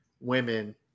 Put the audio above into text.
women